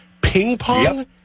Ping-pong